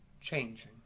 changing